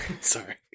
Sorry